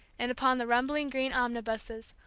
and upon the rumbling green omnibuses,